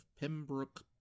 Pembroke